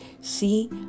See